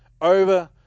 over